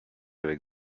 avec